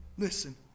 Listen